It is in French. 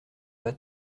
pas